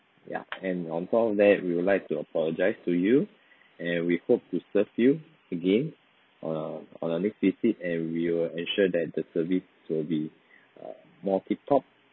ya and on top of that we would like to apologise to you and we hope to serve you again err on your next visit and we will ensure that the service will be err more tip-top